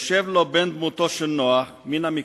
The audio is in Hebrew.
יושב לו בן דמותו של נח מן המקרא,